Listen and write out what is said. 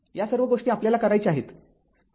या सर्व गोष्टी आपल्याला करायच्या आहेत